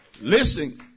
Listen